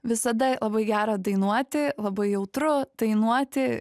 visada labai gera dainuoti labai jautru dainuoti